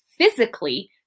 physically